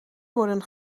worden